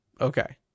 Okay